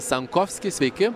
sankovskis sveiki